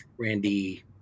Randy